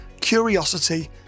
curiosity